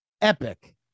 epic